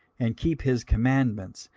and keep his commandments,